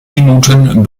minuten